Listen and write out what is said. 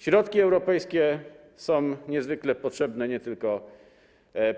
Środki europejskie są niezwykle potrzebne nie tylko